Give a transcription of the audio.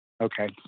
Okay